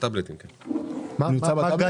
יש לנו היום